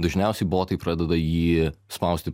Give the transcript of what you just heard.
dažniausiai botai pradeda jį spausti